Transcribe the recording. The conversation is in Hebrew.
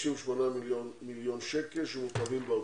58 מיליון שקל שמעוכבים באוצר.